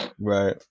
Right